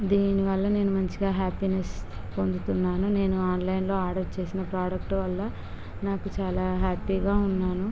దీని వల్ల నేను మంచిగా హ్యాప్పీనెస్ పొందుతున్నాను నేను ఆన్లైన్లో ఆర్డర్ చేసిన ప్రాడక్ట్ వల్ల నాకు చాలా హ్యాపీగా ఉన్నాను